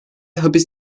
hapis